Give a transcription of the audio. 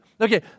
Okay